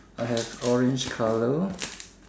I have orange color